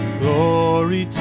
glory